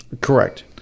Correct